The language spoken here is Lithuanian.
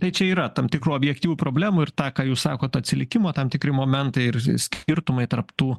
tai čia yra tam tikrų objektyvų problemų ir tą ką jūs sakot atsilikimo tam tikri momentai ir skirtumai tarp tų